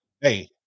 hey